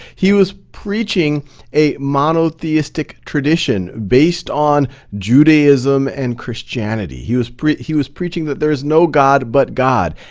he was preaching a mono theistic tradition based on judaism and christianity. he was he was preaching that there's no god but god.